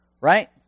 right